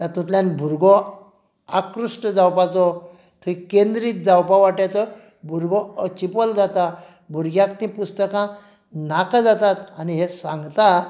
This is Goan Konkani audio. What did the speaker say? तातूंतल्यान भुरगो आकृश्ट जावपाचो तीं केंद्रीत जावपा वटेचो भुरगो अचिबल जाता भुरग्याक तीं पुस्तकां नाका जातात आनी हे सांगता